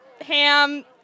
ham